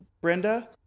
Brenda